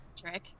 trick